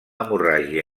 hemorràgia